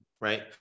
right